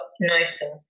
nicer